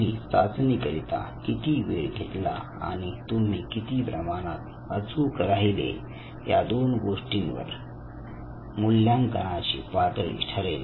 तुम्ही चाचणीकरिता किती वेळ घेतला आणि तुम्ही किती प्रमाणात अचूक राहिले या दोन गोष्टींवर मूल्यांकनाची पातळी ठरेल